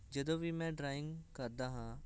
ਜਦੋਂ ਵੀ ਮੈਂ ਡਰਾਇੰਗ ਕਰਦਾ ਹਾਂ